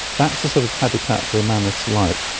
that's the sort of habitat the mammoths like.